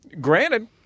Granted